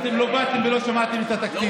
אתם לא באתם ולא שמעתם את התקציב.